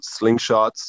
slingshots